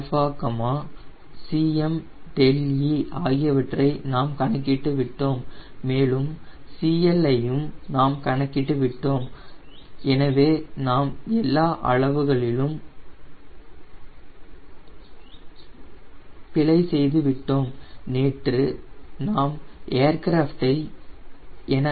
Cm Cme ஆகியவற்றை நாம் கணக்கிட்டுவிட்டோம் மேலும் CLயையும் நாம் கணக்கிட்டு விட்டோம்